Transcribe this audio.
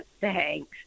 thanks